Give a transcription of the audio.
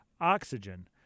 oxygen